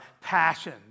passion